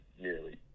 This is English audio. nearly